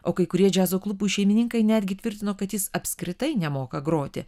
o kai kurie džiazo klubų šeimininkai netgi tvirtino kad jis apskritai nemoka groti